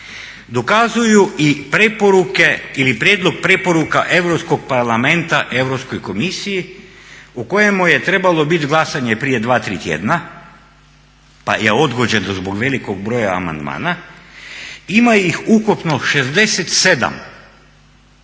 dokazuju i preporuke ili prijedlog preporuka Europskog parlamenta Europskoj komisiji u kojemu je trebalo biti glasanje prije dva, tri tjedna pa je odgođeno zbog velikog broja amandmana ima ih ukupno 67